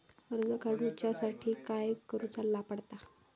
कर्ज काडूच्या साठी काय करुचा पडता?